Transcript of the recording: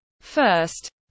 First